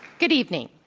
good evening,